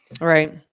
Right